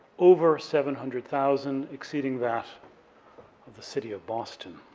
over seven hundred thousand, exceeding that of the city of boston.